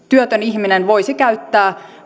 työtön ihminen voisi käyttää